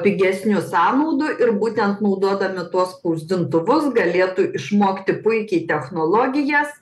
pigesnių sąnaudų ir būtent naudodami tuos spausdintuvus galėtų išmokti puikiai technologijas